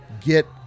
get